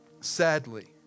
Sadly